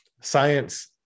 science